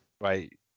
Right